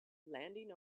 landing